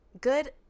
good